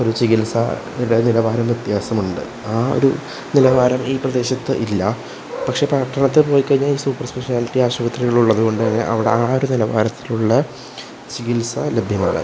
ഒരു ചികിത്സ വിലനിലവാരം വ്യത്യാസം ഉണ്ട് ആ ഒരു നിലവാരം ഈ പ്രദേശത്ത് ഇല്ല പക്ഷെ പട്ടണത്തിൽ പോയിക്കഴിഞ്ഞാല് സൂപ്പർ സ്പെഷ്യലിറ്റി ആശുപത്രികൾ ഉള്ളതുകൊണ്ട് തന്നെ അവിടെ ആ ഒരു നിലവാരത്തിലുള്ള ചികിത്സ ലഭ്യമാണ്